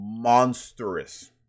monstrous